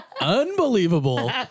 unbelievable